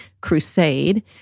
crusade